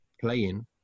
playing